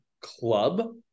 club